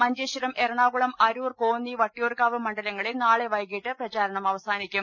മഞ്ചേശ്വരം എറണാകുളം അരൂർ കോന്നി വട്ടിയൂർകാവ് മണ്ഡലങ്ങളിൽ നാളെ വൈകീട്ട് പ്രചരണം അവ സാനിക്കും